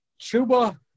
Chuba